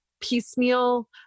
piecemeal